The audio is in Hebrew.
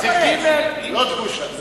זו גימ"ל לא דגושה.